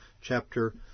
chapter